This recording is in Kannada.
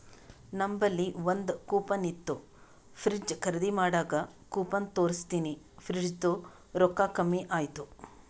ನಂಬಲ್ಲಿ ಒಂದ್ ಕೂಪನ್ ಇತ್ತು ಫ್ರಿಡ್ಜ್ ಖರ್ದಿ ಮಾಡಾಗ್ ಕೂಪನ್ ತೋರ್ಸಿನಿ ಫ್ರಿಡ್ಜದು ರೊಕ್ಕಾ ಕಮ್ಮಿ ಆಯ್ತು